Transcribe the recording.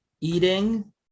eating